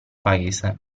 paese